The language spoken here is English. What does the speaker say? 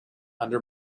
under